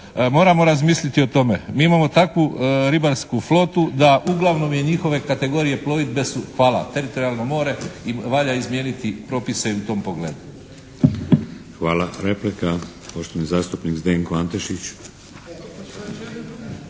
moramo razmisliti o tome. Mi imamo takvu ribarsku flotu da uglavnom i njihove kategorije plovidbe su … /Govornik se ne razumije./ … teritorijalno more i valja izmijeniti propise i u tom pogledu.